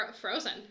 frozen